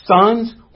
Sons